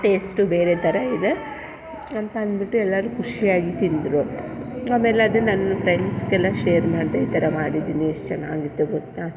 taste ಬೇರೆ ಥರ ಇದೆ ಅಂತ ಅಂದ್ಬಿಟ್ಟು ಎಲ್ಲರೂ ಖುಷಿಯಾಗಿ ತಿಂದರು ಆಮೇಲೆ ಅದನ್ನ ನನ್ನ ಫ್ರೆಂಡ್ಸಿಗೆಲ್ಲ ಶೇರ್ ಮಾಡಿದೆ ಈ ಥರ ಮಾಡಿದ್ದೀನಿ ಎಷ್ಟು ಚೆನ್ನಾಗಿತ್ತು ಗೊತ್ತಾ